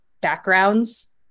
backgrounds